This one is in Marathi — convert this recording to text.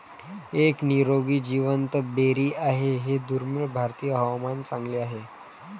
एक निरोगी जिवंत बेरी आहे हे दुर्मिळ भारतीय हवामान चांगले आहे